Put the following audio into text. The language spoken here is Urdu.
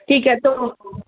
ٹھیک ہے تو